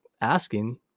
asking